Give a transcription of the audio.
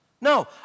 No